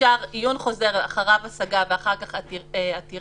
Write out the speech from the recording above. אפשר עיון חוזר ואחריו השגה ואחר כך עתירה.